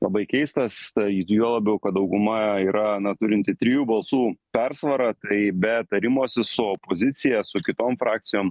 labai keistas juo labiau kad dauguma yra na turinti trijų balsų persvarą tai be tarimosi su opozicija su kitom frakcijom